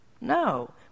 No